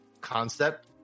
concept